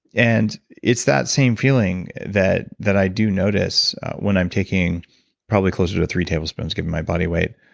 and it's that same feeling that that i do notice when i'm taking probably closer to three tablespoons, given my body weight,